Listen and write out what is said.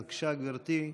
בבקשה, גברתי,